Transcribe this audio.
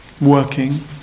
working